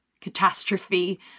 catastrophe